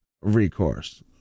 recourse